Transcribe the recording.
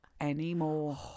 anymore